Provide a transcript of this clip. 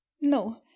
No